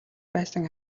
байсан